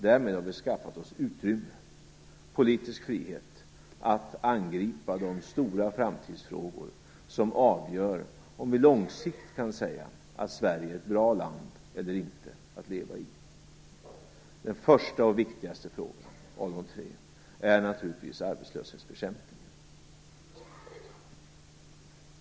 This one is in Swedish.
Därmed har vi skaffat oss utrymme och politisk frihet att angripa de stora framtidsfrågor som avgör om vi långsikt kan säga att Sverige är ett bra land att leva i eller inte. Den första och viktigaste av de tre frågorna är naturligtvis arbetslöshetsbekämpningen.